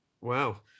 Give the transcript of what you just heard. wow